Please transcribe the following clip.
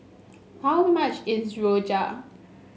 how much is rojak